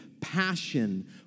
passion